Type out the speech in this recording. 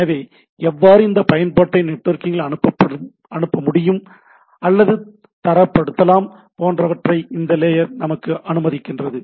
எனவே எவ்வாறு இந்த பயன்பாட்டை நெட்வொர்க்கில் அனுப்பமுடியும் அல்லது தரப்படுத்தலாம் போன்றவற்றை இந்த லேயர் நமக்கு அனுமதிக்கிறது